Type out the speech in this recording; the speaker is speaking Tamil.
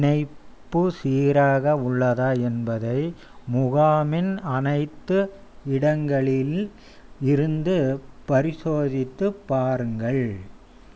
இணைப்பு சீராக உள்ளதா என்பதை முகாமின் அனைத்து இடங்களில் இருந்து பரிசோதித்துப் பாருங்கள்